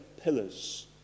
pillars